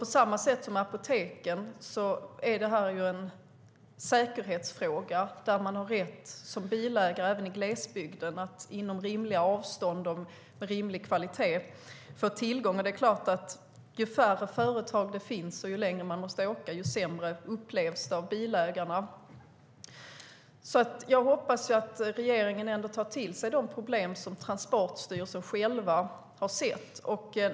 På samma sätt som med apoteken är det här en säkerhetsfråga, där bilägare även i glesbygden har rätt att inom rimliga avstånd och med rimlig kvalitet få tillgång till besiktning. Ju färre företag det finns och ju längre man måste åka, desto sämre upplevs det av bilägarna. Jag hoppas att regeringen tar till sig de problem som Transportstyrelsen själv har sett.